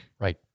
Right